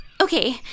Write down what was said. Okay